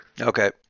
okay